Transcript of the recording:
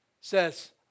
says